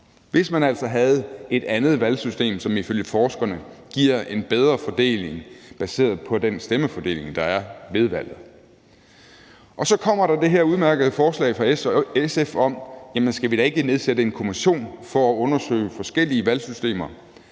hvis man altså havde et andet valgsystem, som ifølge forskerne giver en bedre mandatfordeling baseret på den stemmefordeling, der er ved valget. Så kommer der det her udmærkede forslag fra SF, hvor man siger: Skal vi da ikke nedsætte en kommission for at undersøge forskellige valgsystemer,